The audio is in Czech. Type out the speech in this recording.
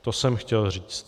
To jsem chtěl říct.